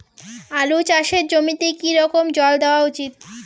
আলু চাষের জমিতে কি রকম জল দেওয়া উচিৎ?